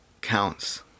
counts